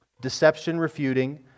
deception-refuting